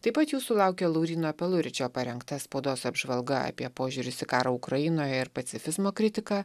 taip pat jūsų laukia lauryno peluričio parengta spaudos apžvalga apie požiūris į karą ukrainoje ir pacifizmo kritika